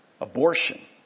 Abortion